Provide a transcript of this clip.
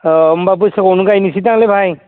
अ होमबा बैसागुआवनो गायनोसैदां लै भाइ